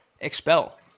expel